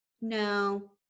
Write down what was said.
No